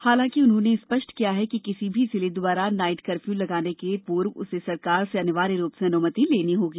हालाँकि उन्होंने स्पष्ट कहा है कि किसी भी जिले द्वारा नाइट कर्फयू लगाने के पूर्व उसे सरकार से अनिवार्य रूप से अनुमति लेना होगी